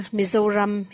Mizoram